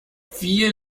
viel